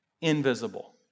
invisible